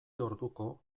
orduko